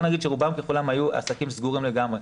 נגיד שרובם ככולם היו עסקים סגורים לגמרי.